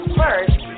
first